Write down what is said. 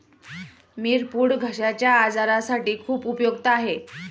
मिरपूड घश्याच्या आजारासाठी खूप उपयुक्त आहे